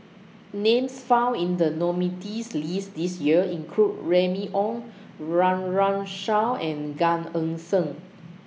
Names found in The nominees' list This Year include Remy Ong Run Run Shaw and Gan Eng Seng